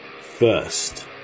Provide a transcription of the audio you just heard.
First